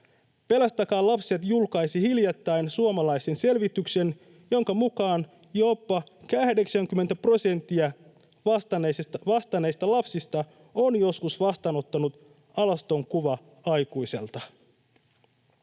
Pelastakaa Lapset ry julkaisi hiljattain suomalaisen selvityksen, jonka mukaan jopa 80 prosenttia vastanneista lapsista on joskus vastaanottanut alastonkuvan aikuiselta.